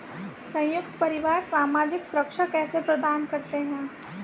संयुक्त परिवार सामाजिक सुरक्षा कैसे प्रदान करते हैं?